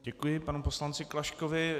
Děkuji panu poslanci Klaškovi.